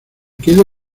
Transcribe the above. quedo